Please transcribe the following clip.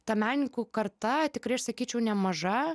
ta meninkų karta tikrai aš sakyčiau nemaža